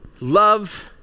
love